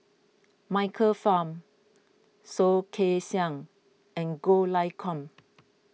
Michael Fam Soh Kay Siang and Goh Lay Kuan